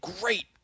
great